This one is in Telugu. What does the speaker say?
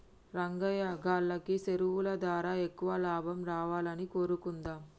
రంగయ్యా గాల్లకి సెరువులు దారా ఎక్కువ లాభం రావాలని కోరుకుందాం